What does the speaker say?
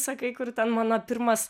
sakai kur ten mano pirmas